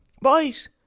Boys